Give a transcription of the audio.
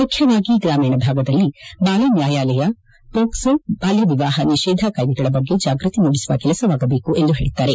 ಮುಖ್ಯವಾಗಿ ಗ್ರಾಮೀಣ ಭಾಗದಲ್ಲಿ ಬಾಲ ನ್ಕಾಯಾಲಯ ಮೋಕ್ಸೋ ಬಾಲ್ಯ ವಿವಾಹ ನಿಷೇಧ ಕಾಯ್ದೆಗಳ ಬಗ್ಗೆ ಜಾಗೃತಿ ಮೂಡಿಸುವ ಕೆಲಸವಾಗಬೇಕು ಎಂದು ಹೇಳದ್ದಾರೆ